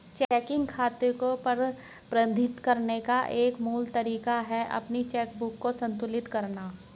checking खाते को प्रबंधित करने का एक मूल तरीका है अपनी चेकबुक को संतुलित करना